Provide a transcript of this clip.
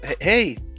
hey